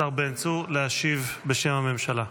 השר בן צור, להשיב בשם הממשלה.